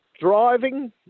Driving